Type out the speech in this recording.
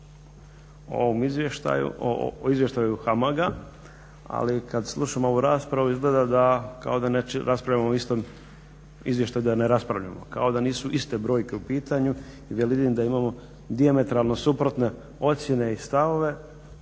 o Izvještaju HAMAG-a ali kad slušam ovu raspravu izgleda da kao da ne raspravljamo o istom izvještaju, kao da nisu iste brojke u pitanju jel vidim da imamo dijametralno suprotne osnove i stavove.